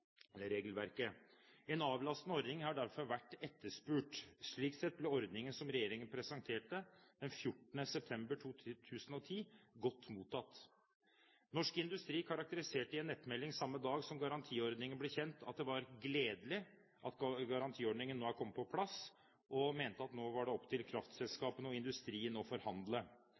En avlastende ordning har derfor vært etterspurt. Slik sett ble ordningen som regjeringen presenterte den 14. september 2010, godt mottatt. Norsk Industri karakteriserte i en nettmelding samme dag som garantiordningen ble kjent, at det var gledelig at garantiordningen nå er kommet på plass, og mente at nå var det opp til kraftselskapene og industrien å forhandle.